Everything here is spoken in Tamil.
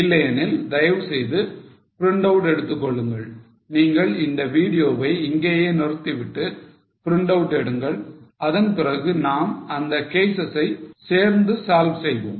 இல்லையெனில் தயவு செய்து பிரிண்ட் அவுட் எடுத்துக் கொள்ளுங்கள் நீங்கள் இந்த வீடியோவை இங்கேயே நிறுத்திவிட்டு பிரிண்ட் அவுட் எடுங்கள் அதன் பிறகு நாம் அந்த கேஸஸ் ஐ சேர்ந்து solve செய்வோம்